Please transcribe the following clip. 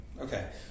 Okay